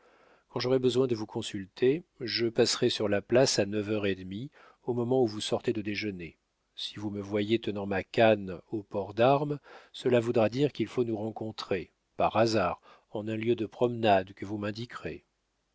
quand j'aurai besoin de vous consulter je passerai sur la place à neuf heures et demie au moment où vous sortez de déjeuner si vous me voyez tenant ma canne au port d'armes cela voudra dire qu'il faut nous rencontrer par hasard en un lieu de promenade que vous m'indiquerez